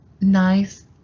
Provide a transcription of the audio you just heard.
nice